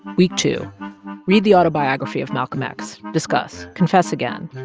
week two read the autobiography of malcolm x. discuss. confess again.